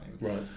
right